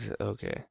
Okay